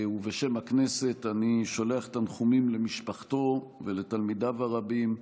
ובשם הכנסת אני שולח תנחומים למשפחתו ולתלמידיו הרבים.